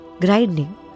grinding